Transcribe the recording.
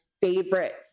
favorite